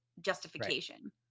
justification